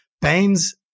Baines